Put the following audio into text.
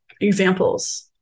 examples